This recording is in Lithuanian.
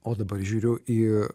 o dabar žiūriu į